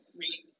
read